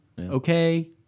Okay